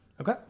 Okay